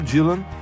Dylan